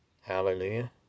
Hallelujah